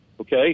okay